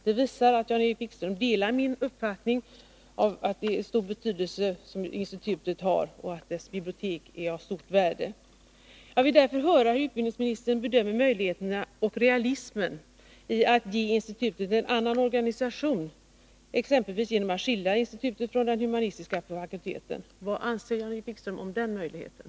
Det visar att Jan-Erik Wikström delar min uppfattning om betydelsen av institutet och att dess bibliotek är av stort värde. Jag vill därför höra hur utbildningsministern bedömer möjligheterna och realismen i att ge institutet en annan organisation, exempelvis genom att skilja institutet från den humanistiska fakulteten. Vad anser Jan-Erik Wikström om den möjligheten?